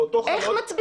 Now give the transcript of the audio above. איך?